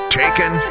taken